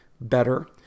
better